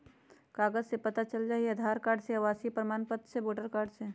कागज से पता चल जाहई, आधार कार्ड से, आवासीय प्रमाण पत्र से, वोटर कार्ड से?